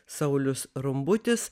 saulius rumbutis